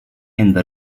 enda